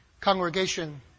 Congregation